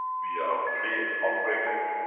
we are pre-offering it,